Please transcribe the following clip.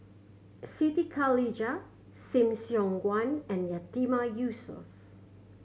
Siti Khalijah Lim Siong Guan and Yatiman Yusof